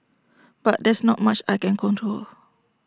but there's not much I can control